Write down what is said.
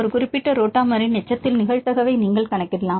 ஒரு குறிப்பிட்ட ரோட்டாமரில் எச்சத்தின் நிகழ்தகவை நீங்கள் கணக்கிடலாம்